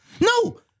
No